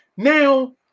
Now